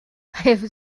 have